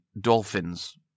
dolphins